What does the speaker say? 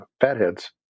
fatheads